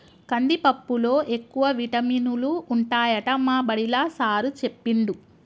కందిపప్పులో ఎక్కువ విటమినులు ఉంటాయట మా బడిలా సారూ చెప్పిండు